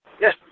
Yes